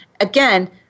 again